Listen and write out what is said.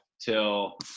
till